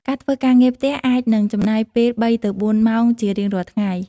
ការធ្វើការងារផ្ទះអាចនឹងចំណាយពេលបីទៅបួនម៉ោងជារៀងរាល់ថ្ងៃ។